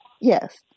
Yes